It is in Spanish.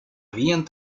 habían